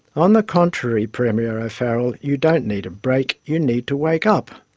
on the contrary premier o'farrell, you don't need a break, you need to wake up.